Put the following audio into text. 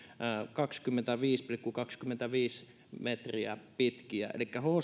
kaksikymmentäviisi pilkku kaksikymmentäviisi metriä pitkiä